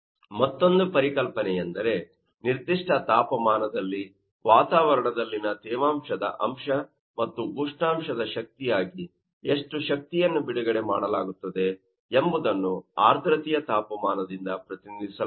ಮತ್ತೊಂದು ಪರಿಕಲ್ಪನೆ ಎಂದರೆ ನಿರ್ದಿಷ್ಟ ತಾಪಮಾನದಲ್ಲಿ ವಾತಾವರಣದಲ್ಲಿನ ತೇವಾಂಶದ ಅಂಶ ಮತ್ತು ಉಷ್ಣದ ಶಕ್ತಿಯಾಗಿ ಎಷ್ಟು ಶಕ್ತಿಯನ್ನು ಬಿಡುಗಡೆ ಮಾಡಲಾಗುತ್ತದೆ ಎಂಬುದನ್ನು ಆರ್ದ್ರತೆಯ ತಾಪಮಾನದಿಂದ ಪ್ರತಿನಿಧಿಸಲಾಗುತ್ತದೆ